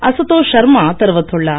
அசுதோஷ் ஷர்மா தெரிவித்துள்ளார்